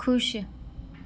ਖੁਸ਼